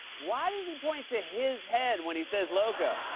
why does he point to his head when he says loco?